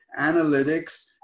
analytics